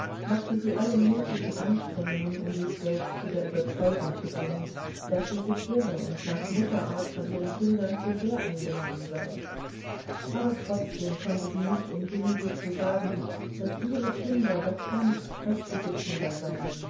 machte sie alle möglichen anstrengungen um sich selbst zu der überzeugung zu bringen daß sie sich irre und nach mutterart von ihren kindern zu sehr eingenommen sei aber trotzdem konnte sie nicht umhin sich zu sagen daß ihre kinder doch ganz prächtige kinder seien